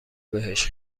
بهش